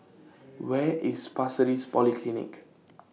Where IS Pasir Ris Polyclinic